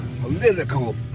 Political